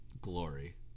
glory